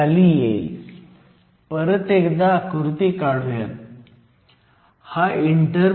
1 gallium arsenide 1